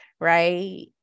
right